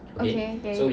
okay okay